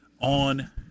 on